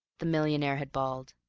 the millionaire had bawled.